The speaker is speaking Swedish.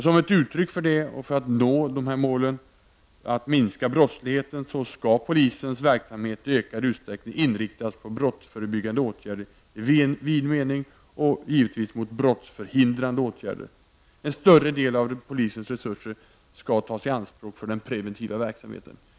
Som ett uttryck för detta och för att nå målet att minska brottsligheten skall polisens verksamhet i ökad utsträckning inriktas på brottsförebyggande åtgärder i vid mening och, givetvis, på brottsförhindrande åtgärder. En större del av polisens resurser skall tas i anspråk för den preventiva verksamheten.